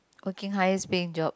okay highest paying job